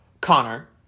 Connor